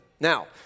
Now